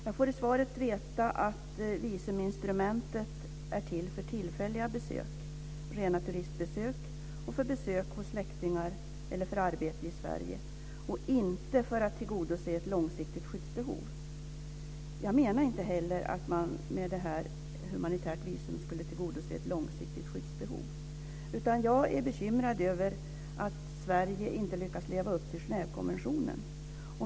Jag får i svaret veta att visuminstrumentet är till för tillfälliga besök, rena turistbesök, besök hos släktingar eller för arbete i Sverige och inte för att tillgodose ett långsiktigt skyddsbehov. Jag menar inte heller att man med humanitärt visum skulle tillgodose ett långsiktigt skyddsbehov, utan jag är bekymrad över att Sverige inte lyckas leva upp till Genèvekonventionen.